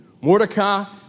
Mordecai